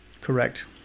Correct